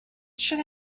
should